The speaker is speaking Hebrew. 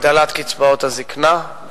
הגדלת קצבאות הזיקנה,